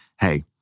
hey